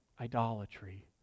idolatry